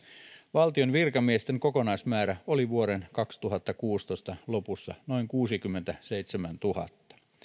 valtion virkamiesten kokonaismäärä oli vuoden kaksituhattakuusitoista lopussa noin kuusikymmentäseitsemäntuhatta